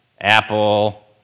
Apple